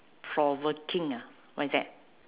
provoking ah what is that